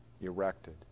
erected